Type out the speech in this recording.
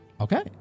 Okay